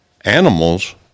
animals